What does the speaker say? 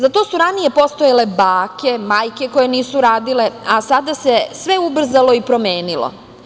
Za to su ranije postojale bake, majke koje nisu radile, a sada se sve ubrzalo i promenilo.